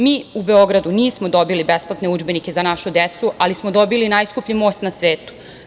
Mi u Beogradu nismo dobili besplatne udžbenike za našu decu, ali smo dobili najskuplji most na svetu.